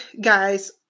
guys